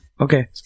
Okay